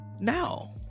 now